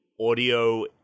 audio